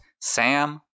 Sam